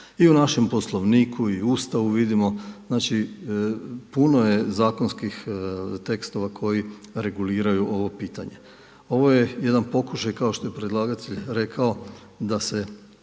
i u našem Poslovniku i u Ustavu vidimo. Znači puno je zakonskih tekstova koji reguliraju ovo pitanje. Ovo je jedan pokušaj kao što je predlagatelj rekao da se